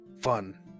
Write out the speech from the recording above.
fun